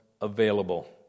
available